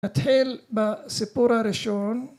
נתחיל בסיפור הראשון